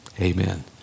Amen